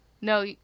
No